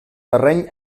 terreny